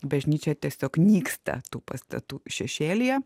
bažnyčia tiesiog nyksta tų pastatų šešėlyje